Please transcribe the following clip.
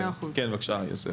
כן, בבקשה, יוסף.